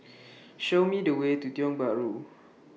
Show Me The Way to Tiong Bahru